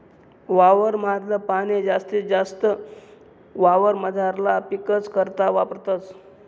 वावर माधल पाणी जास्तीत जास्त वावरमझारला पीकस करता वापरतस